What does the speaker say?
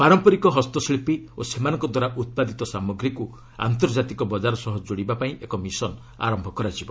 ପାରମ୍ପରିକ ହସ୍ତ ଶିଳ୍ପୀ ଓ ସେମାନଙ୍କ ଦ୍ୱାରା ଉତ୍ପାଦିତ ସମାଗ୍ରୀକୁ ଆନ୍ତର୍ଜାତିକ ବଜାର ସହ ଯୋଡ଼ିବା ପାଇଁ ଏକ ମିଶନ୍ ଆରମ୍ଭ କରାଯିବ